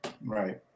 Right